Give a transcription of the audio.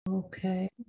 Okay